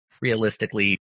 realistically